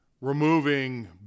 removing